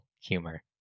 humor